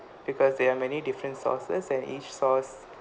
because there are many different sources and each source